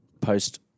Post